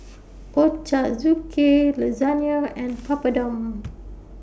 Ochazuke Lasagna and Papadum